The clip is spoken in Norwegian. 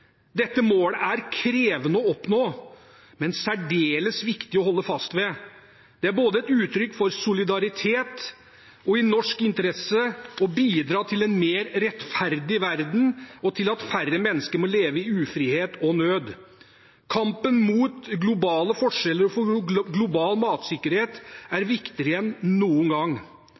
Dette målet er krevende å oppnå, men særdeles viktig å holde fast ved. Det er både et uttrykk for solidaritet og i norsk interesse å bidra til en mer rettferdig verden og til at færre mennesker må leve i ufrihet og nød. Kampen mot globale forskjeller og for global matsikkerhet er viktigere enn noen gang.